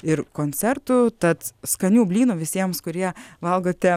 ir koncertų tad skanių blynų visiems kurie valgote